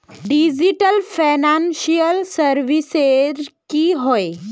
Digital financial services की होय?